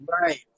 right